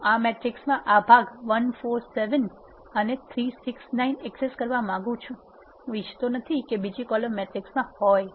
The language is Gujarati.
હું આ મેટ્રિક્સમાં આ ભાગ 1 4 7 અને 3 6 9 એક્સેસ કરવા માંગુ છું હું ઇચ્છતો નથી કે બીજી કોલમ મેટ્રિક્સમાં હોય